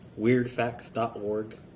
weirdfacts.org